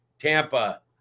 Tampa